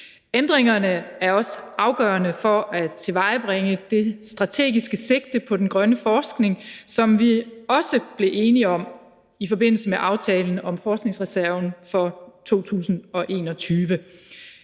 Ændringerne er også afgørende for at tilvejebringe det strategiske sigte på den grønne forskning, som vi også blev enige om i forbindelse med aftalen om forskningsreserven for 2021.